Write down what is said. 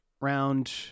round